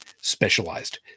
specialized